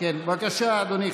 כן, בבקשה, אדוני.